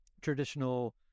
traditional